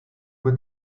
with